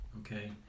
Okay